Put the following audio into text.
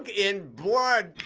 in blood.